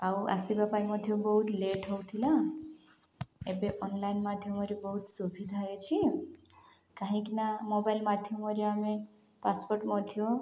ଆଉ ଆସିବା ପାଇଁ ମଧ୍ୟ ବହୁତ ଲେଟ୍ ହେଉଥିଲା ଏବେ ଅନଲାଇନ୍ ମାଧ୍ୟମରେ ବହୁତ ସୁବିଧା ହୋଇଛି କାହିଁକି ନା ମୋବାଇଲ୍ ମାଧ୍ୟମରେ ଆମେ ପାସ୍ପୋର୍ଟ ମଧ୍ୟ